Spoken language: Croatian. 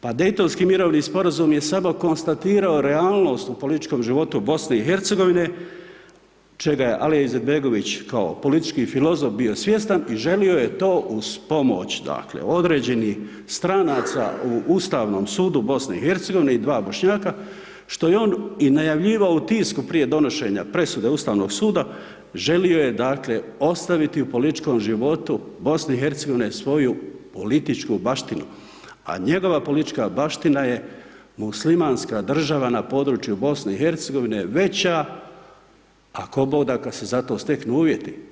Pa Dejtonski mirovni sporazum je samo konstatirao realnost u političkom životu BIH čega je Alej Izetbegović kao politički filozof bio svjestan i želio je to uz pomoć određenih stranaca u Ustavnom sudu BIH i 2 Bošnjaka, što je on i najavljivao u tisku prije donošenja presude Ustavnog suda, želio je dakle, ostaviti u političkom životu BIH svoju političku baštinu, a njegova politička baština je muslimanska država na području BIH veća ako Bog da da se za to steknu uvjeti.